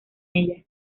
ella